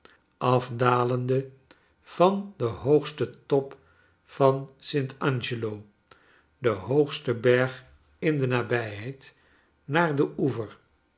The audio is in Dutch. afdalende van den hoogsten top van st angelo de hoogste berg in de nabijheid naar den oever